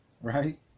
Right